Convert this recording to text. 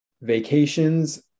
vacations